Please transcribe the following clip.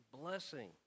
blessing